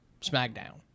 SmackDown